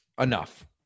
enough